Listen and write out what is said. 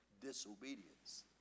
disobedience